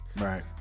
Right